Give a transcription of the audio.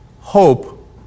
hope